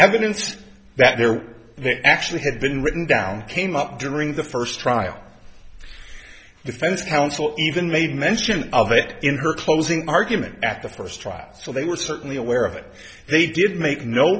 evidence that there actually had been written down came up during the first trial the defense counsel even made mention of it in her closing argument at the first trial so they were certainly aware of it they did make no